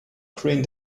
crane